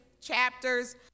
chapters